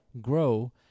grow